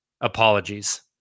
Apologies